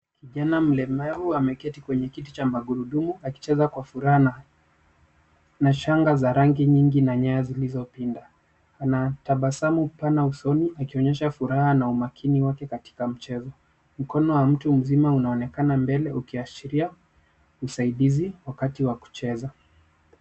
Kijana mlemavu ameketi kwenye kiti cha magurudumu akicheza kwa furaha na shanga za rangi nyingi na nyaya zilizopinda. Ana tabasamu pana usoni akionyesha furaha na umakini wake katika mchezo. Mkono wa mtu mzima unaonekana mbele ukiashiria usaidizi wakati wa kucheza.